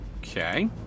Okay